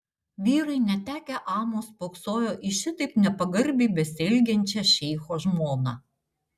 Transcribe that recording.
vyrai netekę amo spoksojo į šitaip nepagarbiai besielgiančią šeicho žmoną